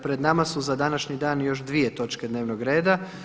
Pred nama su za današnji dan još dvije točke dnevnog reda.